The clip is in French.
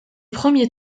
premiers